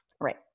right